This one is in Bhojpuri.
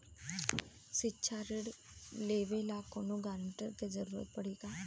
शिक्षा ऋण लेवेला कौनों गारंटर के जरुरत पड़ी का?